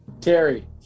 Terry